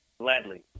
Gladly